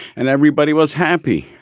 and everybody was happy.